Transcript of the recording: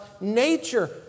nature